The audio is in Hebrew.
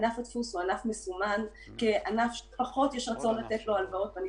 ענף הדפוס הוא ענף מסומן כענף שפחות יש רצון לתת לו הלוואות ואני